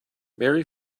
mary